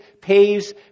pays